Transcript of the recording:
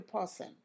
person